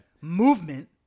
movement